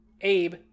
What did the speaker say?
Abe